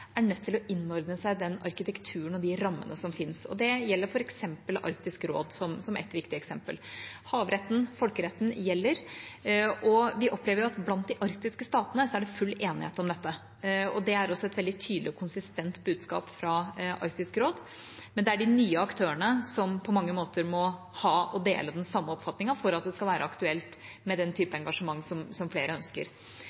er nødt til å innordne seg den arkitekturen og de rammene som fins. Det gjelder f.eks. Arktisk råd, som ett viktig eksempel. Havretten, folkeretten, gjelder, og vi opplever at blant de arktiske statene er det full enighet om dette, og det er også et veldig tydelig og konsistent budskap fra Arktisk råd. Men det er de nye aktørene som på mange måter må ha og dele den samme oppfatningen for at det skal være aktuelt med den